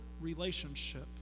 relationship